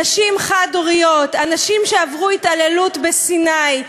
נשים חד-הוריות, אנשים שעברו התעללות בסיני,